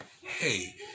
hey